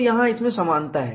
तो यहां इसमें समानता है